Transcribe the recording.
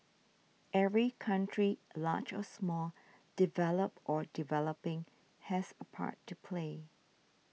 every country large or small developed or developing has a part to play